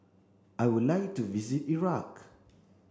I would like to visit Iraq